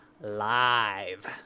Live